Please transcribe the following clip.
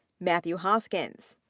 matthew hoskins.